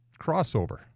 crossover